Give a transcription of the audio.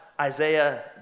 Isaiah